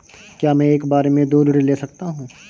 क्या मैं एक बार में दो ऋण ले सकता हूँ?